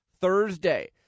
Thursday